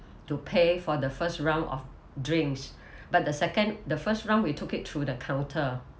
to pay for the first round of drinks but the second the first round we took it through the counter